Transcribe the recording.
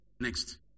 Next